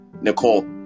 Nicole